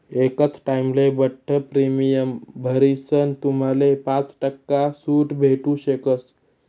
एकच टाइमले बठ्ठ प्रीमियम भरीसन तुम्हाले पाच टक्का सूट भेटू शकस